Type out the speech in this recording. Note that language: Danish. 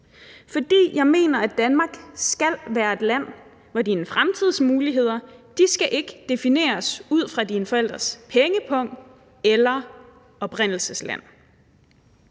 for jeg mener, at Danmark skal være et land, hvor dine fremtidsmuligheder ikke skal defineres ud fra dine forældres pengepung eller oprindelsesland.